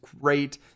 great